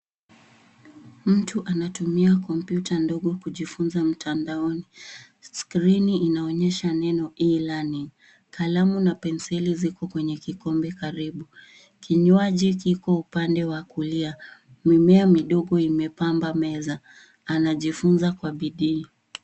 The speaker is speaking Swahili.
Mtu anatumia kompyuta ndogo kujifunza mtandaoni. Skrini inaonyesha neno, e-learning. Kalamu na penseli ziko kwenye kikombe karibu. Kinywaji kiko upandewa kulia. Mimea midogo imepamba meza. Anajifunza kwa bidii.